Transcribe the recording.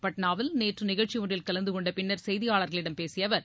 பாட்னாவில் நேற்று நிகழ்ச்சி ஒன்றில் கலந்து கொண்ட பின்னர் செய்தியாளர்களிடம் பேசிய அவர்